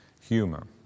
humor